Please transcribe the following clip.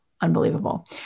unbelievable